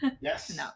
Yes